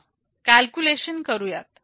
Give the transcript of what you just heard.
चला कॅल्क्युलेशन करूयात